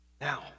Now